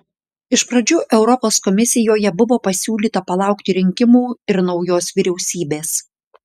iš pradžių europos komisijoje buvo pasiūlyta palaukti rinkimų ir naujos vyriausybės